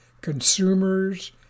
consumers